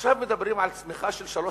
עכשיו מדברים על צמיחה של 3.5%,